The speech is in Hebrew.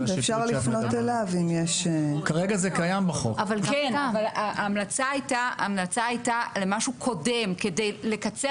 ואפשר לפנות אליו אם יש --- ההמלצה הייתה למשהו קודם כדי לקצר